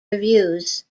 reviews